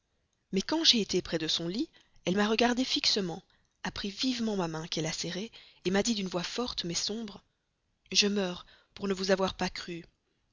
mais quand j'ai été près de son lit elle m'a regardée fixement m'a pris la main qu'elle a serrée m'a dit d'une voix forte mais sombre je meurs pour ne vous avoir pas crue